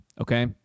okay